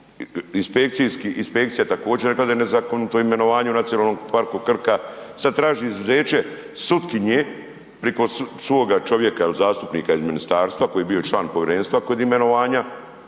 inspekcija je također rekla da je nezakonito imenovanje u Nacionalnom parku Krka, sad traži izuzeće sutkinje preko svoga čovjeka, zastupnika iz ministarstva koji je bio član povjerenstva kod imenovanja,